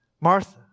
Martha